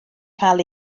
cael